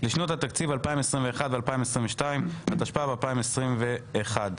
לשנות התקציב 2021 ו-2022), התשפ"ב-2021 (מ/1443).